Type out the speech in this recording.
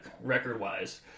record-wise